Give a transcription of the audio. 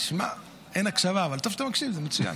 תשמע, אין הקשבה, אבל טוב שאתה מקשיב, זה מצוין.